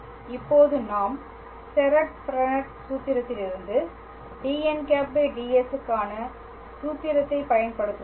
இப்போது நாம் Serret Frenet சூத்திரத்திலிருந்து dn̂ ds க்கான சூத்திரத்தைப் பயன்படுத்துவோம்